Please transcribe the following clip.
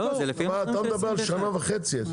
אתה מדבר על שנה וחצי.